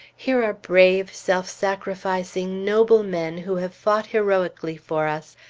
here are brave, self-sacrificing, noble men who have fought heroically for us,